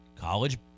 college